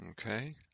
Okay